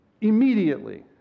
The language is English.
Immediately